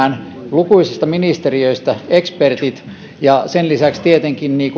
lukuisista ministeriöistä ekspertit ja sen lisäksi tietenkin